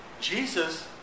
Jesus